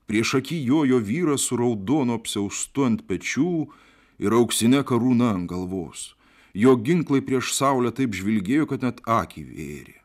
priešaky jojo vyras raudonu apsiaustu ant pečių ir auksine karūna ant galvos jo ginklai prieš saulę taip žvilgėjo kad net akį vėrė